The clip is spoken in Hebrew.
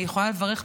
אני יכולה לברך,